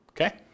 Okay